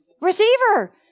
receiver